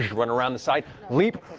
run around the side, leap,